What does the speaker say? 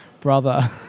brother